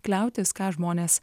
kliautis ką žmonės